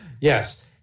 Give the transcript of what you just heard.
Yes